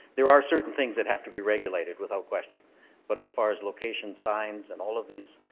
there are certain things that have to be regulated without question but as far as location signs and all of these,